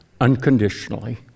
unconditionally